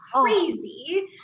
crazy